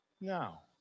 Now